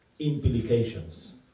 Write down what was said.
Implications